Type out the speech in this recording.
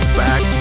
back